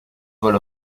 vol